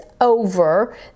over